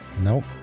Nope